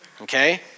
Okay